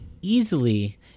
easily